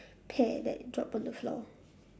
pear that drop on the floor